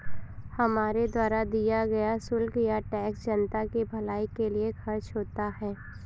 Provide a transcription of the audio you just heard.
हमारे द्वारा दिया हुआ शुल्क या टैक्स जनता की भलाई के लिए खर्च होता है